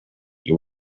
you